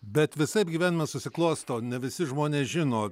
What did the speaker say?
bet visaip gyvenime susiklosto ne visi žmonės žino